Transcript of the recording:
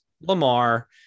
Lamar